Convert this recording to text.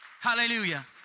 Hallelujah